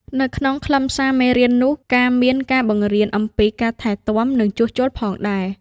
នៅក្នុងខ្លឹមសារមេរៀននោះការមានការបង្រៀនអំពី ការថែទាំ និងជួសជុលផងដែរ។